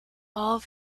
all